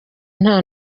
nta